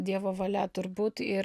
dievo valia turbūt ir